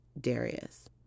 Darius